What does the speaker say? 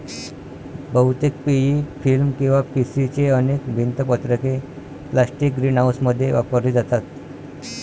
बहुतेक PE film किंवा PC ची अनेक भिंत पत्रके प्लास्टिक ग्रीनहाऊसमध्ये वापरली जातात